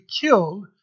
killed